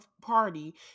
party